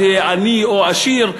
עני או עשיר.